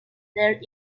there